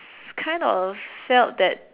kind of felt that